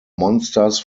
monsters